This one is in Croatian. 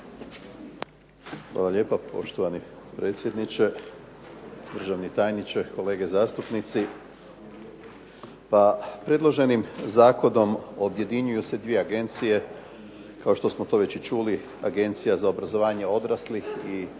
Hvala lijepa, poštovani predsjedniče. Državni tajniče, kolege zastupnici. Pa predloženim zakonom objedinjuju se dvije agencije kao što smo to već i čuli, Agencija za obrazovanje odraslih i Agencija